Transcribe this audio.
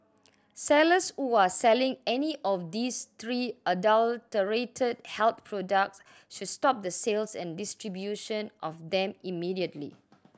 sellers who are selling any of these three adulterated health products should stop the sales and distribution of them immediately